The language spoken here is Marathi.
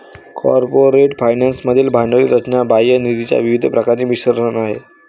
कॉर्पोरेट फायनान्स मधील भांडवली रचना बाह्य निधीच्या विविध प्रकारांचे मिश्रण आहे